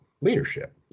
leadership